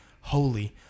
holy